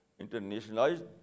internationalized